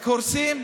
רק הורסים.